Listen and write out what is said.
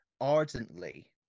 ardently